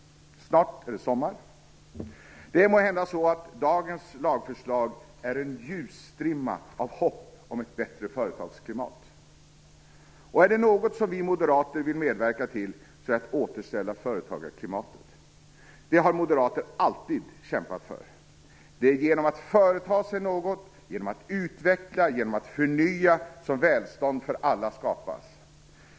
Snart är det sommar. Det är måhända så att dagens lagförslag är en ljusstrimma av hopp om ett bättre företagsklimat. Och är det något som vi moderater vill medverka till så är det att återställa företagarklimatet. Det har moderater alltid kämpat för. Det är genom att företa sig något, genom att utveckla, genom att förnya som välstånd för alla skapas.